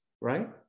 right